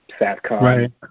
SATCOM